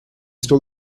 stole